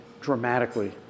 dramatically